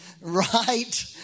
Right